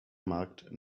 marked